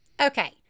Okay